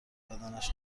بدنش